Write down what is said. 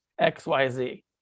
xyz